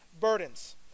burdens